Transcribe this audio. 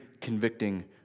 convicting